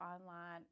online